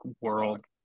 world